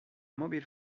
mobile